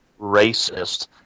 racist